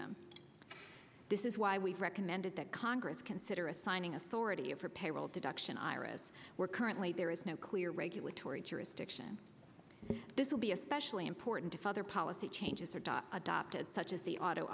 them this is why we've recommended that congress consider assigning authority of her peril deduction iras were currently there is no clear regulatory jurisdiction this will be especially important if other policy changes are adopted such as the auto